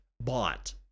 bought